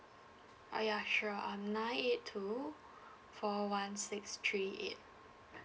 oh yeah sure um nine eight two four one six three eight